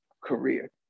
career